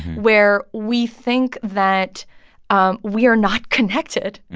where we think that um we are not connected,